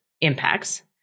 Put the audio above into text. impacts